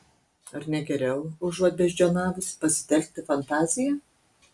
ar ne geriau užuot beždžioniavus pasitelkti fantaziją